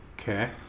Okay